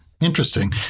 Interesting